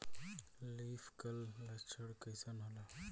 Leaf curl लक्षण कइसन होला?